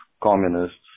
Communists